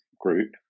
group